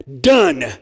done